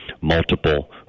Multiple